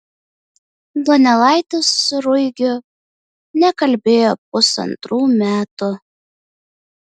donelaitis su ruigiu nekalbėjo pusantrų metų